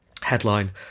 Headline